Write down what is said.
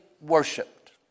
worshipped